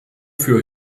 für